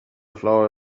flower